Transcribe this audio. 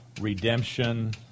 redemption